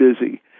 busy